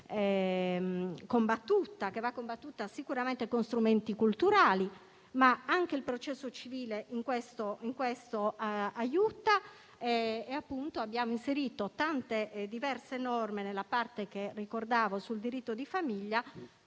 combattuta, che va combattuta sicuramente con strumenti culturali, ma anche il processo civile in questo aiuta. Appunto, abbiamo inserito tante diverse norme nella parte sul diritto di famiglia,